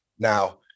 Now